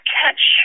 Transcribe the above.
catch